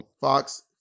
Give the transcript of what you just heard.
Fox